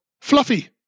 fluffy